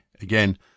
Again